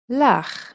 lach